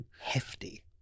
Hefty